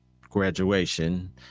graduation